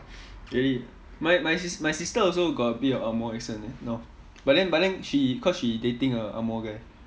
gary my my sis~ sister also got a bit of angmoh accent eh now but then but then she cause she dating a angmoh guy